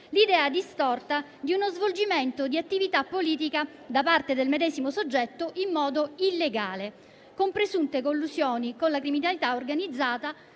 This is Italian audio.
l'idea distorta di uno svolgimento di attività politica, da parte del medesimo soggetto, in modo illegale, con presunte collusioni con la criminalità organizzata